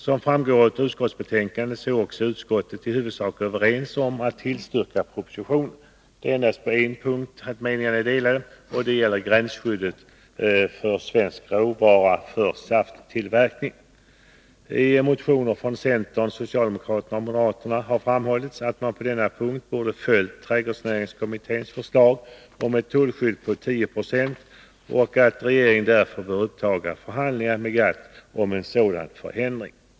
Som framgår av utskottets betänkande är man i utskottet i huvudsak överens om att tillstyrka propositionen. Det är endast på en punkt som meningarna är delade, och det gäller gränsskyddet beträffande svensk råvara för safttillverkning. I motioner från centern, socialdemokraterna och moderaterna har framhållits att man på denna punkt borde ha följt trädgårdsnäringsutredningens förslag om ett tullskydd på 10 96 och att regeringen bör uppta förhandlingar med GATT för att uppnå en sådan förändring.